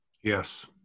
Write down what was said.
Yes